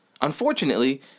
Unfortunately